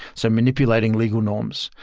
so manipulating legal norms.